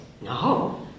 no